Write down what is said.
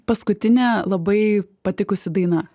paskutinė labai patikusi daina